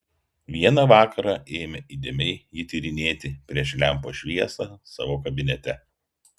vieną vakarą ėmė įdėmiai jį tyrinėti prieš lempos šviesą savo kabinete